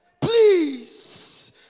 please